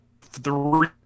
three